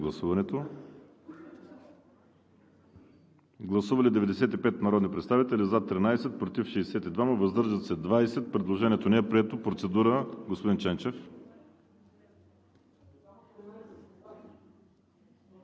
Гласували 95 народни представители: за 13, против 62, въздържали се 20. Предложението не е прието. Процедура – господин Ченчев.